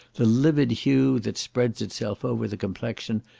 the livid hue that spreads itself over the complexion,